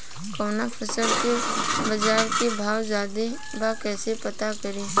कवना फसल के बाजार में भाव ज्यादा बा कैसे पता करि?